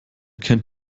kennt